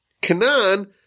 Canaan